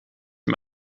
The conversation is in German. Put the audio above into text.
ihm